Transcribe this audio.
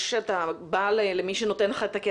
כשאתה בא למי שנותן לך את הכסף,